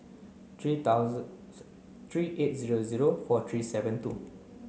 three thousand three eight zero zero four three seven two